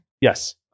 Yes